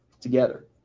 together